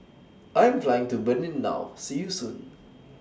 I Am Flying to Benin now See YOU Soon